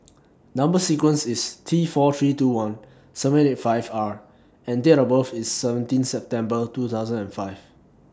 Number sequence IS T four three two one seven eight five R and Date of birth IS seventeen September two thousand and five